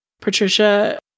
Patricia